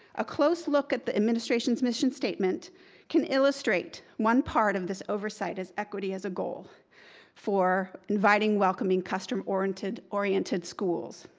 a close look at the administration's mission statement can illustrate one part of this oversight as equity as a goal for inviting, welcoming, customer-oriented oriented schools.